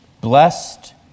Blessed